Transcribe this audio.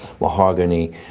mahogany